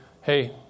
hey